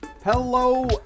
hello